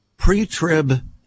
Pre-trib